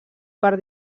per